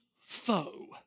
foe